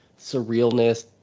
surrealness